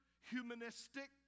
humanistic